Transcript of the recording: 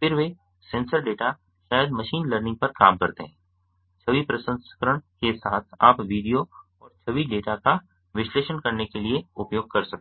फिर वे sensor data शायद मशीन लर्निंग पर काम करते हैं छवि प्रसंस्करण के साथ आप वीडियो और छवि डेटा का विश्लेषण करने के लिए उपयोग कर सकते हैं